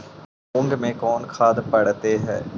मुंग मे कोन खाद पड़तै है?